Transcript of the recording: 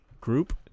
group